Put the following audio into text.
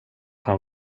han